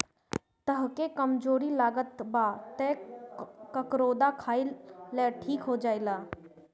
तहके कमज़ोरी लागत बा तअ करौदा खाइ लअ ठीक हो जइब